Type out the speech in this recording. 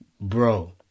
bro